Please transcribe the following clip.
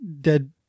dead